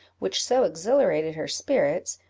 which so exhilarated her spirits,